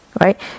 right